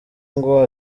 ngo